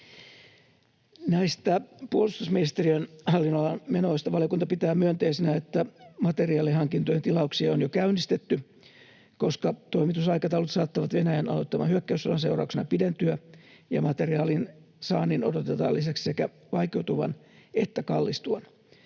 vuosina. Puolustusministeriön hallinnonalan menoista valiokunta pitää myönteisenä, että materiaalihankintojen tilauksia on jo käynnistetty, koska toimitusaikataulut saattavat Venäjän aloittaman hyökkäyssodan seurauksena pidentyä ja lisäksi materiaalin saannin odotetaansekä vaikeutuvan että kallistuvan.